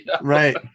Right